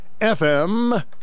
FM